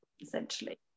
essentially